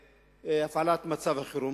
להפעלת מצב החירום?